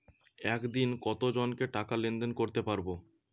একদিন কত জনকে টাকা লেনদেন করতে পারবো?